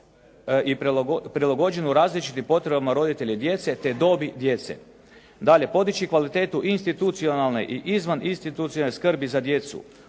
i prilagođenu različitim potrebama roditelja i djece, te dobi djece. Dalje, podići kvalitetu institucionalne i izvaninstitucionalne skrbi za djecu.